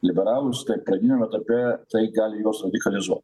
liberalus pradiniame etape tai gali juos radializuot